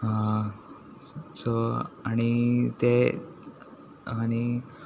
so आनी ते आनी